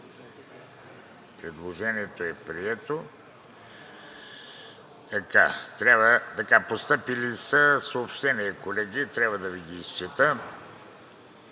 Предложението е прието. Постъпили са съобщения, колеги – трябва да Ви ги изчета: